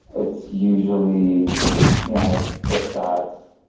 it's usually you know i have clif shots,